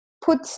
put